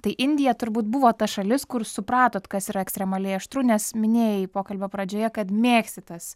tai indija turbūt buvo ta šalis kur supratot kas yra ekstremaliai aštru nes minėjai pokalbio pradžioje kad mėgsti tas